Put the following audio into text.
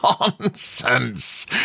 Nonsense